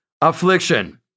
affliction